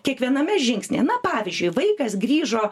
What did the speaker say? kiekviename žingsnyje na pavyzdžiui vaikas grįžo